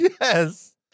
Yes